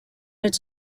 its